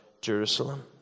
Jerusalem